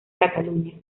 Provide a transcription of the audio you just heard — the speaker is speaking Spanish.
cataluña